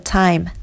time